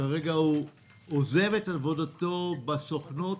כרגע הוא עוזב את עבודתו בסוכנות,